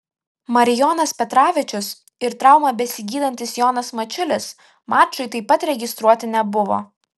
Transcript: marijonas petravičius ir traumą besigydantis jonas mačiulis mačui taip pat registruoti nebuvo